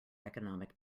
economic